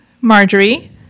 Marjorie